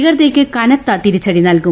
ഭീകരതയ്ക്ക് കനത്ത തിരിച്ചുടി നൽകും